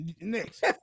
Next